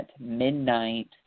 midnight